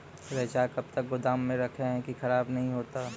रईचा कब तक गोदाम मे रखी है की खराब नहीं होता?